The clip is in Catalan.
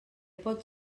pot